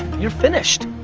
you're finished.